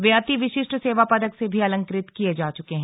वे अति विशिष्ट सेवा पदक से भी अलंकृत किये जा चुके हैं